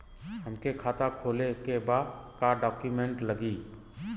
हमके खाता खोले के बा का डॉक्यूमेंट लगी?